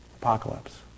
Apocalypse